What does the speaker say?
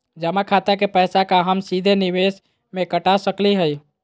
जमा खाता के पैसा का हम सीधे निवेस में कटा सकली हई?